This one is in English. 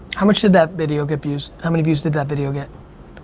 how much did that video get views? how many views did that video get?